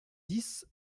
dix